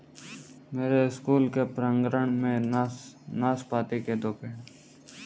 मेरे स्कूल के प्रांगण में नाशपाती के दो पेड़ हैं